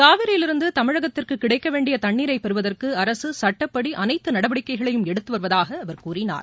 காவிரியிலிருந்து தமிழகத்திற்கு கிடைக்க வேண்டிய தண்ணீரை பெறுவதற்கு அரசு சட்டப்படி அனைத்து நடவடிக்கைகளையும் எடுத்து வருவதாக அவர் கூறினார்